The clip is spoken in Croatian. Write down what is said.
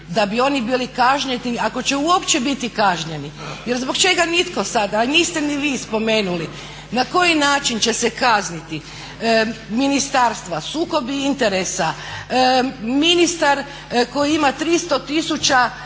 da bi oni bili kažnjeni, ako će uopće biti kažnjeni? Jer zbog čega nitko sada, a niste ni vi spomenuli na koji način će se kazniti ministarstva, sukobi interesa, ministar koji ima 300